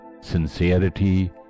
sincerity